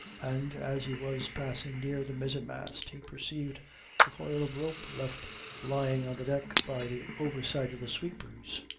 and as he was passing near the mizzen-mast he perceived a coil of rope left lying on the deck by the oversight of the sweepers.